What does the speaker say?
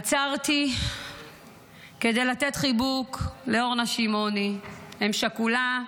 עצרתי כדי לתת חיבוק לאורנה שמעוני, אם שכולה,